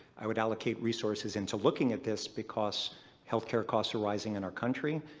i would allocate resources into looking at this, because healthcare costs are rising in our country.